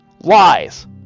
lies